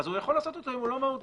הוא יכול לעשות אותו אם הוא לא מהותי.